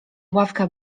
ławka